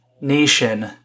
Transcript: nation